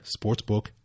sportsbook